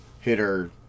hitter